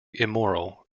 immoral